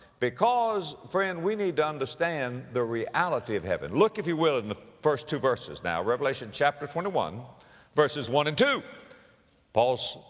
because friend, we need to understand the reality of heaven. look if you will in the first two verses now, revelation chapter twenty one verses one and two